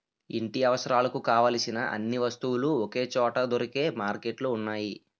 ఇంటి అవసరాలకు కావలసిన అన్ని వస్తువులు ఒకే చోట దొరికే మార్కెట్లు ఉన్నాయి